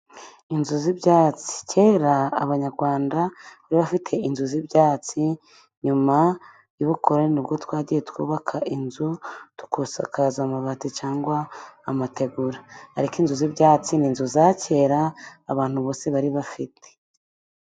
Inzu z'ibyatsi, kera abanyarwanda bari bafite inzu z'ibyatsi, nyuma y'ubukoroni nibwo twagiye twubaka inzu tugasakaza amabati cyangwa amategura, ariko inzu z'ibyatsi ni inzu za kera abantu bose bari bafite.